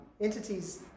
entities